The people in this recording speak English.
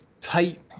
tight